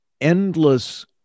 endless